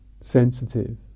sensitive